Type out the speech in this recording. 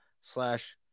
slash